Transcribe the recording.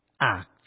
act